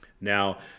Now